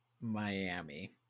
Miami